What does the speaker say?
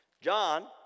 John